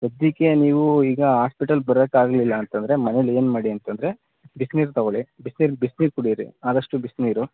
ಸದ್ಯಕ್ಕೆ ನೀವು ಈಗ ಆಸ್ಪಿಟಲ್ ಬರಕ್ಕೆ ಆಗಲಿಲ್ಲ ಅಂತಂದರೆ ಮನೇಲಿ ಏನು ಮಾಡಿ ಅಂತಂದರೆ ಬಿಸ್ನೀರು ತಗೊಳ್ಳಿ ಬಿಸ್ನೀರು ಬಿಸ್ನೀರು ಕುಡಿಯಿರಿ ಆದಷ್ಟು ಬಿಸಿನೀರು